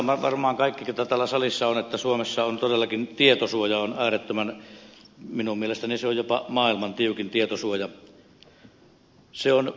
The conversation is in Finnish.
ymmärrämme varmaan kaikki jotka täällä salissa olemme että suomessa todellakin tietosuoja on äärettömän tiukka minun mielestäni se on jopa maailman tiukin tietosuoja